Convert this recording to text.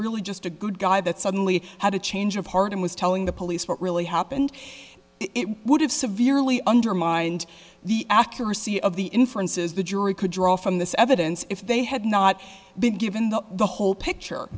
really just a good guy that suddenly had a change of heart and was telling the police what really happened it would have severely undermined the accuracy of the inferences the jury could draw from this evidence if they had not been given the the whole picture